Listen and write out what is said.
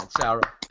Sarah